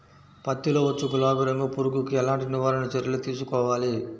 పత్తిలో వచ్చు గులాబీ రంగు పురుగుకి ఎలాంటి నివారణ చర్యలు తీసుకోవాలి?